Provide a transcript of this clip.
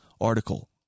article